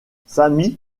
sammy